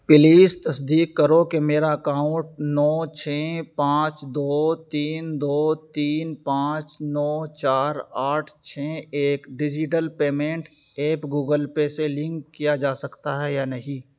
please تصدیق کرو کہ میرا اکاؤںٹ نو چھ پانچ دو تین دو تین پانچ نو چار آٹھ چھ ایک digital payment app Google Pay سے لنک کیا جا سکتا ہے یا نہیں